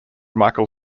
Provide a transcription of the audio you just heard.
michael